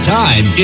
time